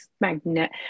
magnet